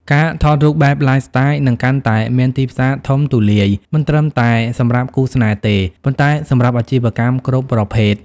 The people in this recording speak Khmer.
ការថតរូបបែប Lifestyle នឹងកាន់តែមានទីផ្សារធំទូលាយ មិនត្រឹមតែសម្រាប់គូស្នេហ៍ទេ ប៉ុន្តែសម្រាប់អាជីវកម្មគ្រប់ប្រភេទ។